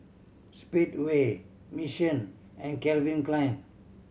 Speedway Mission and Calvin Klein